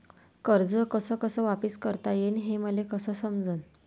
कर्ज कस कस वापिस करता येईन, हे मले कस समजनं?